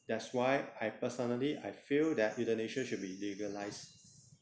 that's why I personally I feel that euthanasia should be legalized